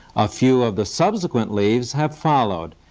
a few of the subsequent leaves have followed,